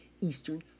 Eastern